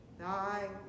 Thy